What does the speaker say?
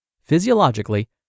Physiologically